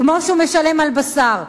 כמו שהוא משלם על בשר.